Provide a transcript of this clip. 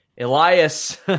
Elias